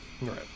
Right